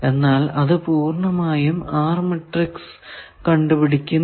എന്നാൽ അത് പൂർണമായും R മാട്രിക്സ് കണ്ടുപിടിക്കുന്നില്ല